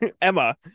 Emma